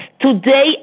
today